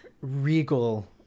regal